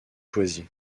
choisi